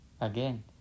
Again